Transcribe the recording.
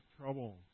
trouble